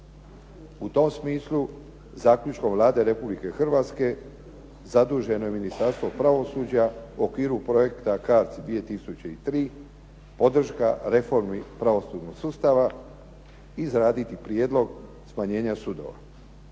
U tom smislu zaključkom Vlade Republike Hrvatske zaduženo je Ministarstvo pravosuđe u okviru projekta CARDS 2003 podrška reformi pravosudnog sustava izraditi prijedlog smanjenja sudova.